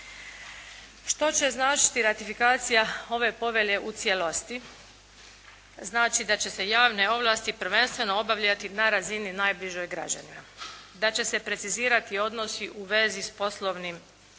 Što će značiti ratifikacija ove povelje u cijelosti? Znači da će se javne ovlasti prvenstveno obavljati na razini najbližoj građanima, da će se precizirati odnosi u vezi s poslovima